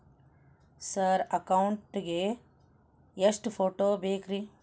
Sir account ಗೇ ಎಷ್ಟು photo ಬೇಕ್ರಿ?